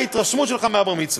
מה ההתרשמות שלך מהבר-מצווה?